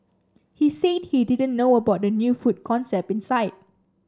he said he didn't know about the new food concept inside